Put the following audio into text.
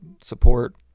support